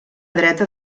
dreta